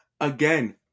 Again